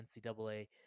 NCAA